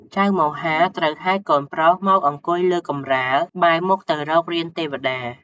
ចៅមហា ត្រូវហែកូនប្រុសមកអង្គុយលើកម្រាល បែរមុខទៅរករានទេវតា។